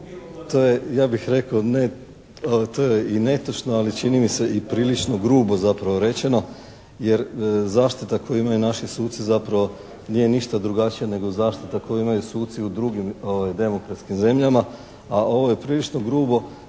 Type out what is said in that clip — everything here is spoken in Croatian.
to je i netočno, ali čini mi se i prilično grubo zapravo rečeno, jer zaštita koju imaju naši suci zapravo nije ništa drugačija nego zaštita koju imaju suci u drugim demokratskim zemljama, a ovo je prilično grubo